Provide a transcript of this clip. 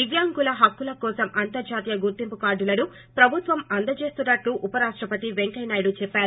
దివ్యంగుల హక్కుల కోసం అంతర్హాతీయ గుర్తింపు కార్డులను ప్రభుత్వం అందచేస్తున్నట్లు ఉపరాష్టపతి వెంకయ్య నాయుడు చెప్సారు